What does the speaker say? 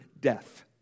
death